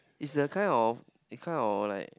is the kind of it kind of like